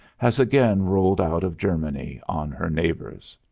has again rolled out of germany on her neighbors.